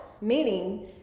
meaning